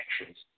actions